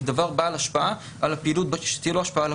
תהיה לה השפעה על הפעילות בשטח.